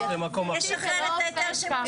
אז הוא ישחרר את ההיתר שימוש חורג.